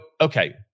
okay